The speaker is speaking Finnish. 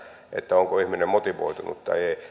onko ihminen motivoitunut vai ei